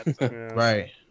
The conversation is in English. Right